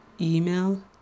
email